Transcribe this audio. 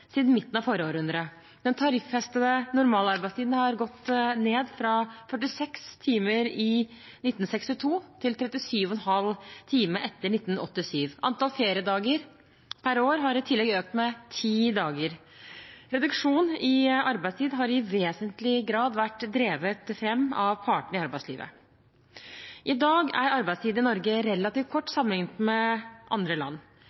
siden midten av forrige århundre. Den tariffestede normalarbeidstiden har gått ned fra 46 timer i 1962 til 37,5 timer etter 1987. Antall feriedager per år har i tillegg økt med ti dager. Reduksjonen i arbeidstid har i vesentlig grad vært drevet fram av partene i arbeidslivet. I dag er arbeidstiden i Norge relativt kort sammenlignet med andre land.